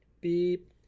beep